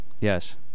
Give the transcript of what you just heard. Yes